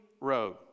road